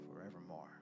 forevermore